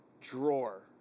drawer